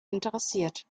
interessiert